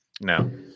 no